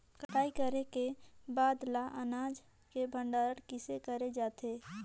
कटाई करे के बाद ल अनाज के भंडारण किसे करे जाथे?